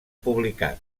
publicat